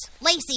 Lacey